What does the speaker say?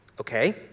Okay